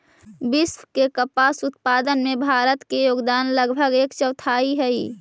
विश्व के कपास उत्पादन में भारत के योगदान लगभग एक चौथाई हइ